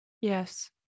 Yes